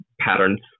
patterns